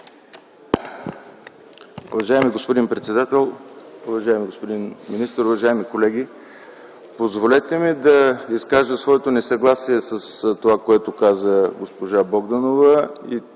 Уважаеми господин председател, уважаеми господин министър, уважаеми колеги! Позволете ми да изкажа своето несъгласие с това, което каза госпожа Богданова,